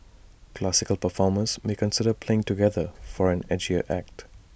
classical performers may consider playing together for an 'edgier' act